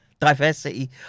diversity